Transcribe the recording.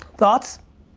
thoughts?